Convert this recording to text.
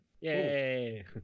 Yay